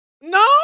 No